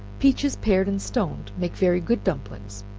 peaches pared and stoned make very good dumplings,